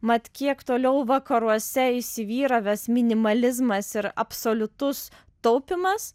mat kiek toliau vakaruose įsivyravęs minimalizmas ir absoliutus taupymas